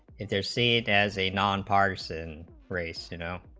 intercede as a nonpartisan race you know